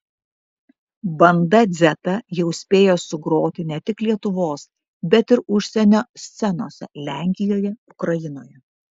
banda dzeta jau spėjo sugroti ne tik lietuvos bet ir užsienio scenose lenkijoje ukrainoje